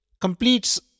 completes